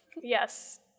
yes